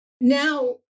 now